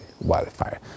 wildfire